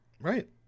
Right